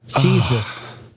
Jesus